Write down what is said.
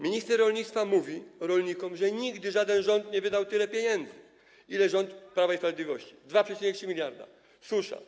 Minister rolnictwa mówi rolnikom, że nigdy żaden rząd nie wydał tyle pieniędzy, ile rząd Prawa i Sprawiedliwości - 2,3 mld. Susza.